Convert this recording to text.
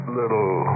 little